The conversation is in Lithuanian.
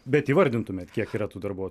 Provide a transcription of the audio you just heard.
bet įvardintumėt kiek yra tų darbuotų